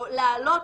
להעלות,